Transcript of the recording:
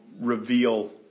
reveal